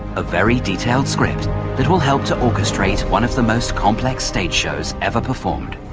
a very detailed script that will help to orchestrate one of the most complex stage shows ever performed.